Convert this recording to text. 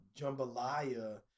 jambalaya